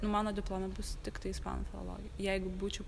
nu mano diplome bus tiktai ispanų filologija jeigu būčiau